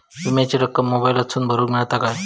विमाची रक्कम मोबाईलातसून भरुक मेळता काय?